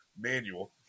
manual